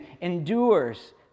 endures